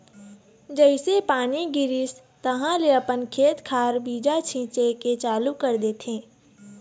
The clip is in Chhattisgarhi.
जइसे पानी गिरिस तहाँले अपन खेत खार बीजा छिचे के चालू कर देथे